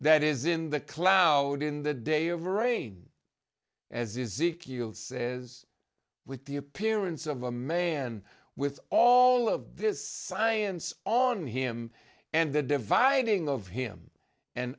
that is in the cloud in the day of rain as izzy kewl says with the appearance of a man with all of this science on him and the dividing of him and